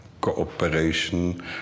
cooperation